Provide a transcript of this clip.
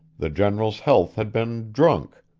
the general's health had been drunk,